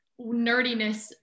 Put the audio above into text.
nerdiness